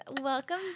welcome